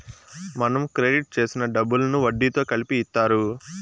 మనం క్రెడిట్ చేసిన డబ్బులను వడ్డీతో కలిపి ఇత్తారు